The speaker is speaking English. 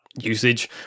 usage